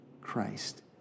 Christ